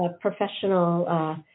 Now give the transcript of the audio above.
professional